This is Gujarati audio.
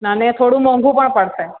અને થોડું મોંઘું પણ પડશે